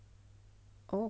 oh